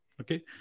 Okay